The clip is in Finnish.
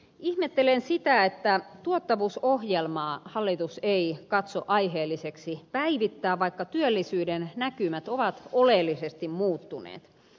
ihmettelen sitä että tuottavuusohjelmaa hallitus ei katso aiheelliseksi päivittää vaikka työllisyyden näkymät ovat oleellisesti muuttuneet